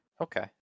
Okay